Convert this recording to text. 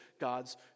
God's